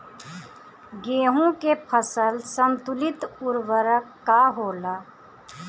गेहूं के फसल संतुलित उर्वरक का होला?